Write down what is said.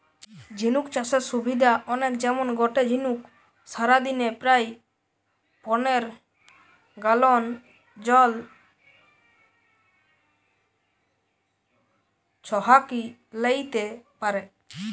ঝিনুক চাষের সুবিধা অনেক যেমন গটে ঝিনুক সারাদিনে প্রায় পনের গ্যালন জল ছহাকি লেইতে পারে